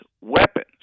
weapons